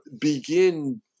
begin